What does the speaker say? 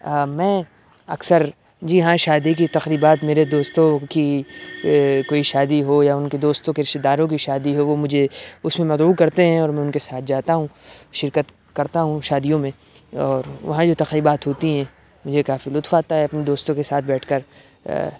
میں اکثر جی ہاں شادی کی تقریبات میرے دوستوں کی کوئی شادی ہو یا ان کے دوستوں کے رشتہ داروں کی شادی ہو وہ مجھے اس میں مدعو کرتے ہیں اور میں ان کے ساتھ جاتا ہوں شرکت کرتا ہوں شادیوں میں اور وہاں یہ تقریبات ہوتی ہیں مجھے کافی لطف آتا ہے اپنے دوستوں کے ساتھ بیٹھ کر